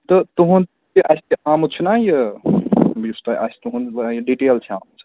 تہٕ تُہُنٛد تہِ اَسہِ تہِ آمُت چھُنا یہِ یُس تۄہہِ آسہِ تُہُنٛد یہِ ڈِٹیل چھےٚ آمٕژ